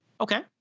Okay